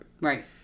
Right